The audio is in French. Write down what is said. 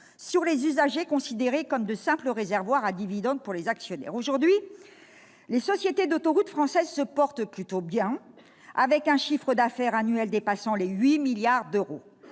sur les usagers, considérés comme de simples réservoirs à dividendes pour les actionnaires. Actuellement, les sociétés d'autoroutes françaises se portent plutôt bien, avec un chiffre d'affaires annuel dépassant les 8 milliards d'euros,